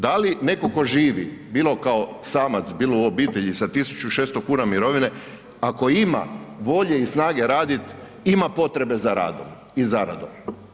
Da li netko tko živi bilo kao samac, bilo u obitelji sa 1.600 kuna mirovine ako ima volje i snage radit ima potrebe za radom i zaradom?